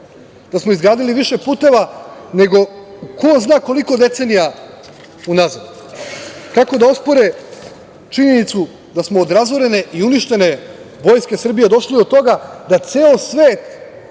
da smo izgradili više puteva nego ko zna koliko decenija unazad? Kako da ospore činjenicu da smo od razorene i uništene vojske Srbije došli do toga da ceo svet